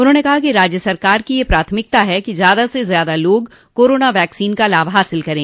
उन्होंने कहा कि राज्य सरकार की यह प्राथमिकता है कि ज्यादा से ज्यादा लोग कोरोना वैक्सीन का लाभ हासिल करें